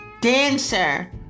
dancer